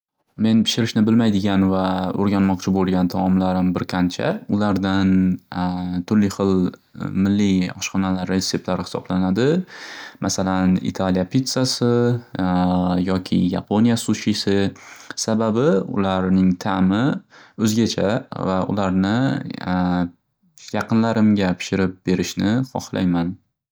Men pishirishni bilmaydigan va o'rganmoqchi bo'lgan taomlarim bir qancha ulardan turli xil milliy oshxonala retseplari xisoblanadi. Masalan Italiya pitsasi yoki Yaponiya sushisi sababi ularning ta'mi o'zgacha va ularni yaqinlarimga pishirib berishni xoxlayman.